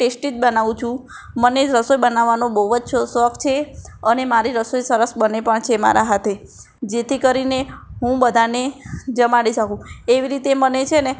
tasty જ બનાવું છું મને રસોઈ બનાવવાનો બહુ જ શોખ છે અને મારી રસોઈ સરસ બને પણ છે મારા હાથે જેથી કરીને હું બધાને જમાડી શકું એવી રીતે મને છે ને